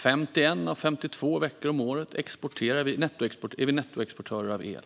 51 av 52 veckor om året är vi nettoexportörer av el.